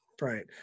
Right